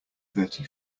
thirty